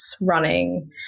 running